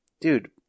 dude